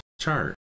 chart